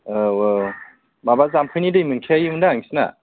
औ औ माबा जाम्फैनि दै मोनखायोमोन दा नोंसोरना